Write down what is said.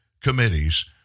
committees